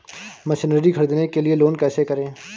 Machinery ख़रीदने के लिए लोन कैसे करें?